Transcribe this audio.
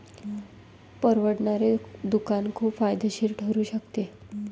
परवडणारे दुकान खूप फायदेशीर ठरू शकते